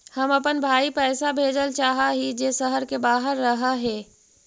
हम अपन भाई पैसा भेजल चाह हीं जे शहर के बाहर रह हे